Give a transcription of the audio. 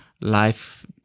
life